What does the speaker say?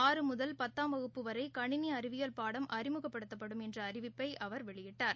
ஆறு முதல் பத்தாம் வகுப்பு வரைகணினிஅறிவியல் பாடம் அறிமுகப்படுத்தப்படும்என்றஅறிவிப்பைஅவர் வெளியிட்டார்